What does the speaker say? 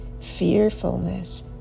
fearfulness